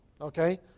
Okay